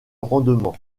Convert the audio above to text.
rendement